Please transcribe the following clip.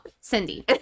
Cindy